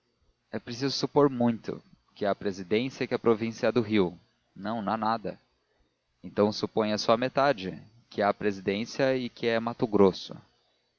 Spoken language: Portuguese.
é preciso supor muito que há presidência e que a província é a do rio não não há nada então suponha só metade que há presidência e que é mato grosso